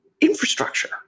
infrastructure